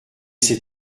c’est